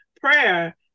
prayer